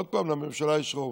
עוד פעם, לממשלה יש רוב,